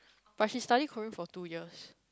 but she study Korean for two years